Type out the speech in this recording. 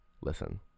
listen